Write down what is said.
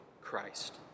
Christ